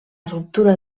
ruptura